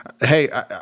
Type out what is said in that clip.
Hey